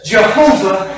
Jehovah